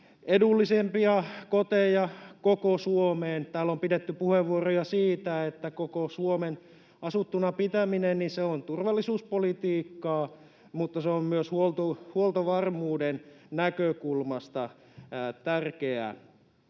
Edullisempia koteja koko Suomeen — täällä on pidetty puheenvuoroja siitä, että koko Suomen asuttuna pitäminen on turvallisuuspolitiikkaa, mutta se on myös huoltovarmuuden näkökulmasta tärkeää.